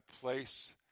place